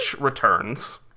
returns